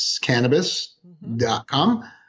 cannabis.com